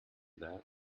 that